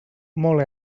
molt